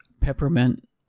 Peppermint